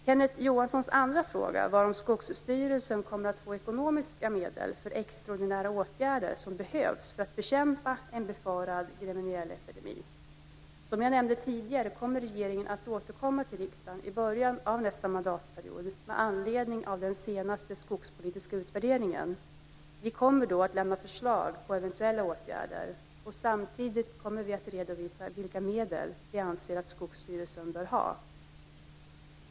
Kenneth Johanssons andra fråga var om Skogsstyrelsen kommer att få ekonomiska medel för extraordinära åtgärder som behövs för att bekämpa en befarad gremmeniellaepidemi. Som jag nämnde tidigare kommer regeringen att återkomma till riksdagen i början av nästa mandatperiod med anledning av den senaste skogspolitiska utvärderingen. Vi kommer då att lämna förslag på eventuella åtgärder. Samtidigt kommer vi att redovisa vilka medel vi anser att Skogsstyrelsen bör ha.